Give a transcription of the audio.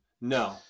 no